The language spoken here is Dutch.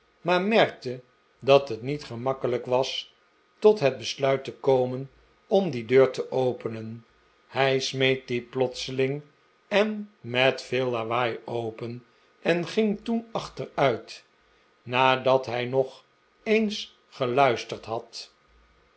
maar merkte dat het niet gemakkelijk was tot het besluit te komen om die deur te openen hij smeet die plotseling en met veel lawaai openi en ging toen achteruit nadat hij nog eens geluisterd had